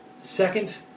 Second